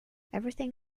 everything